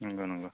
नंगौ नंगौ